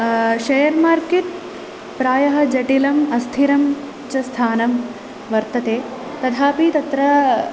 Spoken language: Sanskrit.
शेर् मार्केट् प्रायः जटिलम् अस्थिरं च स्थानं वर्तते तथापि तत्र